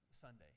Sunday